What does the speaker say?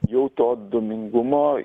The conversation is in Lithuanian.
jau to dūmingumo